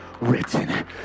written